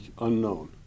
unknown